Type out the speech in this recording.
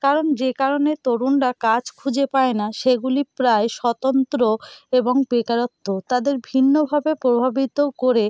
কারণ যে কারণে তরুণরা কাজ খুঁজে পায় না সেগুলি প্রায় স্বতন্ত্র এবং বেকারত্ব তাদের ভিন্নভাবে প্রভাবিত করে